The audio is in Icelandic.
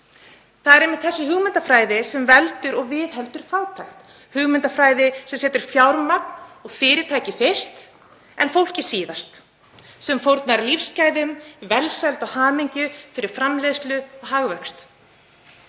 Það er einmitt þessi hugmyndafræði sem veldur og viðheldur fátækt, hugmyndafræði sem setur fjármagn og fyrirtæki fyrst en fólkið síðast, sem fórnar lífsgæðum, velsæld og hamingju fyrir framleiðslu og hagvöxt;